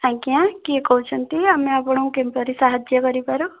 ଆଜ୍ଞା କିଏ କହୁଛନ୍ତି ଆମେ ଆପଣଙ୍କୁ କିପରି ସାହାଯ୍ୟ କରିପାରୁ